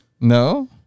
No